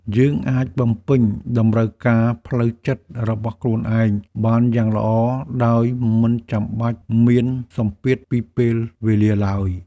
យើងអាចបំពេញតម្រូវការផ្លូវចិត្តរបស់ខ្លួនឯងបានយ៉ាងល្អ ដោយមិនចាំបាច់មានសម្ពាធពីពេលវេលាឡើយ។